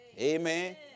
Amen